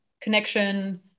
connection